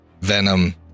venom